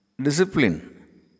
Discipline